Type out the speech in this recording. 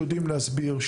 שיודעים להסביר,